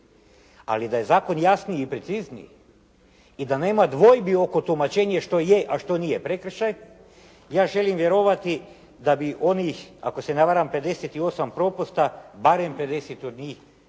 Ali da je zakon jasniji i precizniji, i da nema dvojbi oko tumačenja što je, a što nije prekršaj ja želim vjerovati da bi onih ako se ne varam 58 propusta barem 50 od njih